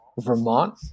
Vermont